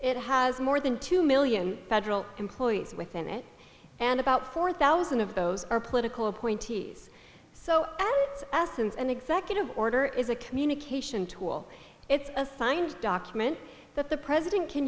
it has more than two million federal employees within it and about four thousand of those are political appointees so it's an executive order is a communication tool it's a signed document that the president can